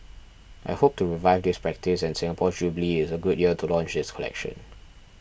i hope to revive this practice and Singapore's jubilee is a good year to launch this collection